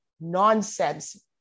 nonsense